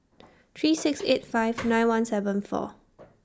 three six eight five nine one seven four